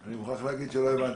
אני מוכרח להגיד שלא הבנתי.